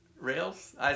rails